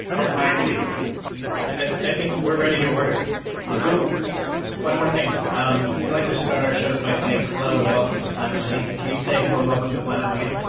at my place i think we're ready to order good one more thing um we'd like to start our shows by saying hello, and welcome to planet money. can you say hello and welcome to planet money?